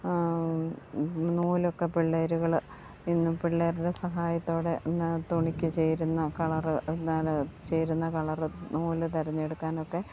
നൂലൊക്കെ പിള്ളേരുകൾ ഇന്ന് പിള്ളേരുടെ സഹായത്തോടെ തുണിക്ക് ചേരുന്ന കളർ എന്താണ് ചേരുന്ന കളർ നൂല് തിരഞ്ഞെടുക്കാനൊക്കെ